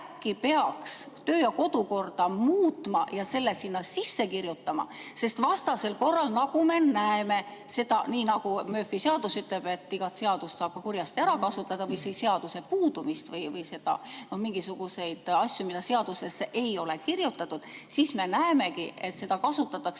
peaks kodu‑ ja töökorda muutma ja selle sinna sisse kirjutama? Vastasel korral, nagu me näeme, nii nagu Murphy seadus ütleb, et igat seadust saab kurjasti ära kasutada või seaduse puudumist või mingisuguseid asju, mida seadusesse ei ole kirjutatud, siis me näemegi, et seda juba kasutatakse